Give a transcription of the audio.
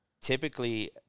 typically